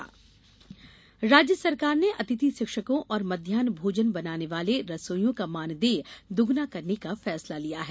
cabinet निर्णय राज्य सरकार ने अतिथि शिक्षकों और मध्यान्ह भोजन बनाने वाले रसोइयों का मानदेय दुगना करने का फैसला लिया है